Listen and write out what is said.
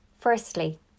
firstly